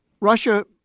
Russia